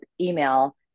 email